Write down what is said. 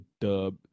dub